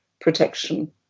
protection